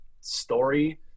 story